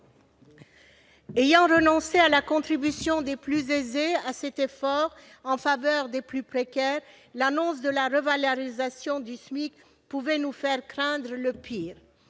ayant renoncé à la contribution des plus aisés à cet effort en faveur des plus précaires, l'annonce de la revalorisation du SMIC pouvait nous faire craindre le pire,